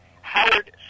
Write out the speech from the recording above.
Howard